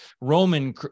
Roman